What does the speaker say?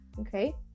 okay